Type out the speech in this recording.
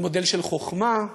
על מודל של חוכמה,